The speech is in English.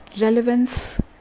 relevance